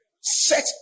Set